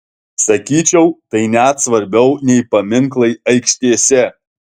sakyčiau tai net svarbiau nei paminklai aikštėse